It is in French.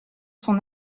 son